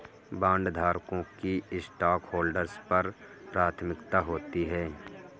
बॉन्डधारकों की स्टॉकहोल्डर्स पर प्राथमिकता होती है